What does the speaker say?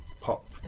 pop